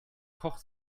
koch